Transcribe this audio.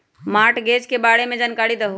Mortgage के बारे में जानकारी देहु?